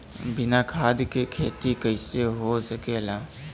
बिना खाद के खेती कइसे हो सकेला?